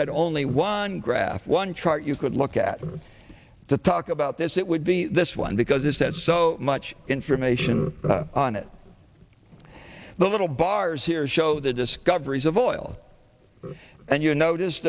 had only one graph one chart you could look at to talk about this it would be this one because it says so much information on it the little bars here show the discoveries of oil and you notice